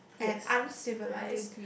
and uncivilized